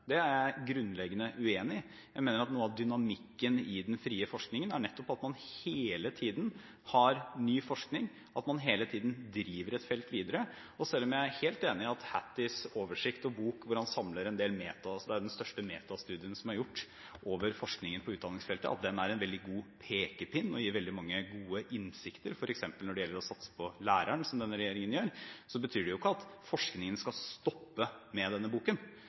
Det er jeg grunnleggende uenig i. Jeg mener at noe av dynamikken i den frie forskningen nettopp er at man hele tiden har ny forskning, at man hele tiden driver et felt videre. Og selv om jeg er helt enig i at Hatties oversikt og bok, som jo er den største metastudien som er gjort over forskningen på utdanningsfeltet, er en veldig god pekepinn og gir veldig mye gode innsikter – f.eks. når det gjelder å satse på læreren, som denne regjeringen gjør – så betyr det ikke at forskningen skal stoppe med denne boken.